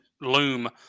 loom